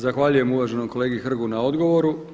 Zahvaljujem uvaženom kolegi Hrgu na odgovoru.